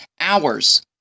hours